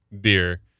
beer